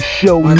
show